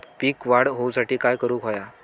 पीक वाढ होऊसाठी काय करूक हव्या?